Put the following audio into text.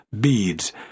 beads